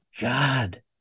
God